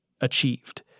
achieved